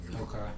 Okay